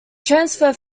transfer